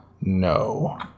No